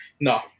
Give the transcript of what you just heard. No